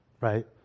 right